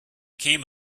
came